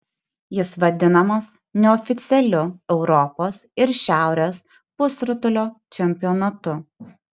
jis vadinamas neoficialiu europos ir šiaurės pusrutulio čempionatu